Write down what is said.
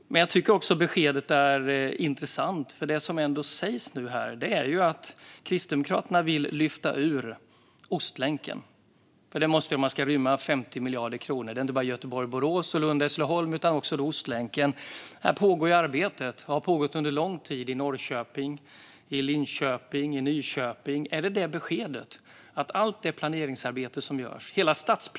Men jag tycker också att beskedet är intressant, för det som ändå sägs nu är att Kristdemokraterna vill lyfta ut Ostlänken - för det måste man göra om det ska rymmas 50 miljarder kronor. Det är inte bara Göteborg-Borås och Lund-Hässleholm, utan det är också Ostlänken. Här pågår arbetet. Och det har pågått under lång tid i Norrköping, i Linköping och i Nyköping. Är beskedet att allt det planeringsarbete som nu görs helt plötsligt ska stoppas?